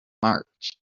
march